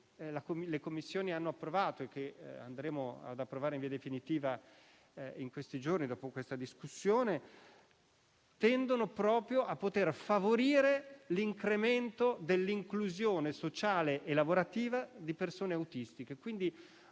le Commissioni hanno approvato e che andremo ad approvare in via definitiva in questi giorni, dopo questa discussione, tendono proprio a favorire l'incremento dell'inclusione sociale e lavorativa di persone autistiche. Nei